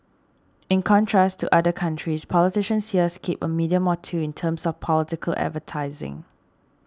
in contrast to other countries politicians here skip a medium more two in terms of political advertising